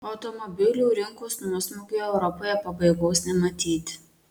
automobilių rinkos nuosmukiui europoje pabaigos nematyti